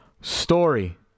story